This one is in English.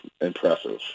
impressive